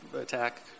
attack